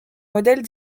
modèles